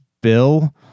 Bill